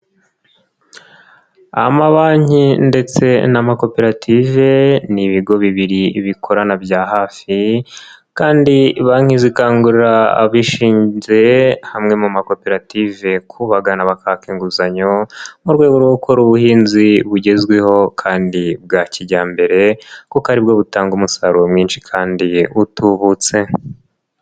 Amabanki ndetse n'amakoperative, ni ibigo bibiri bikorana bya hafi, kandi banki zikangura abishinze hamwe mu makoperative kubagana bakaka inguzanyo, mu rwego rwo gukora ubuhinzi bugezweho kandi bwa kijyambere, kuko ari bwo butanga umusaruro mwinshi kandi utubutse.